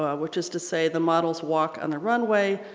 ah which is to say the models walk on the runway,